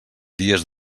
dies